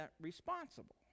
responsible